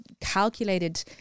calculated